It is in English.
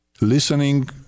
listening